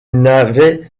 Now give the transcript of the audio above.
n’avait